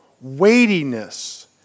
weightiness